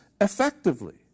effectively